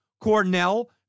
Cornell